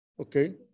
Okay